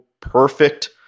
perfect